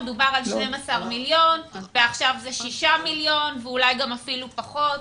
דובר על 12 מיליון ועכשיו זה שישה מיליון ואולי אפילו פחות.